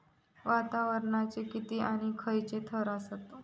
वातावरणाचे किती आणि खैयचे थर आसत?